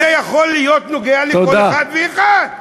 זה יכול להיות נוגע לכל אחד ואחד.